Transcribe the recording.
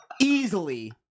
Easily